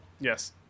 Yes